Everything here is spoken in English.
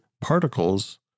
particles